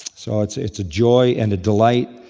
so it's it's a joy and a delight.